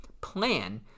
plan